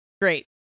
Great